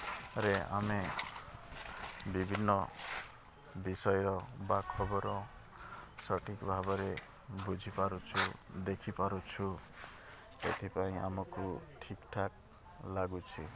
ରେ ଆମେ ବିଭିନ୍ନ ବିଷୟ ବା ଖବର ସଠିକ୍ ଭାବରେ ବୁଝି ପାରୁଛୁ ଦେଖିପାରୁଛୁ ଏଥିପାଇଁ ଆମକୁ ଠିକ୍ ଠାକ୍ ଲାଗୁଛି